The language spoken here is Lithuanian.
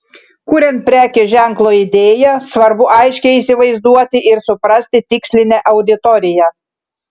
kuriant prekės ženklo idėją svarbu aiškiai įsivaizduoti ir suprasti tikslinę auditoriją